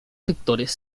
sectores